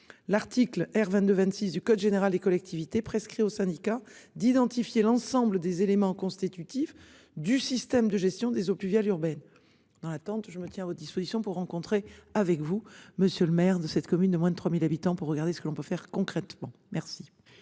l'article R-22 26 du code général des collectivités prescrit aux syndicats d'identifier l'ensemble des éléments constitutifs du système de gestion des eaux pluviales urbaines. Dans l'attente. Je me tiens à votre disposition pour rencontrer avec vous monsieur le maire de cette commune de moins de 3000 habitants pour regarder ce que l'on peut faire concrètement. Merci.